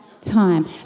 Time